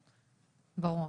ברור.